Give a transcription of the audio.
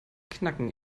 knacken